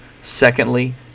Secondly